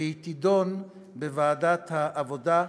והיא תידון בוועדת העבודה,